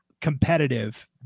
competitive